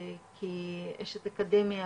כאשת אקדמיה,